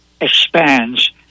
expands